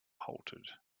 halted